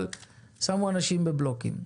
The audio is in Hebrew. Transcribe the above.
שמו אנשים בבלוקים,